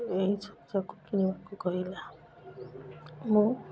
ଏହି ସବୁଯାକୁ କିଣିବାକୁ କହିଲା ମୁଁ